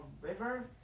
river